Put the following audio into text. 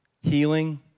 healing